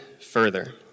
further